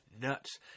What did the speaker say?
nuts